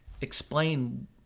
explain